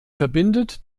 verbindet